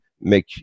make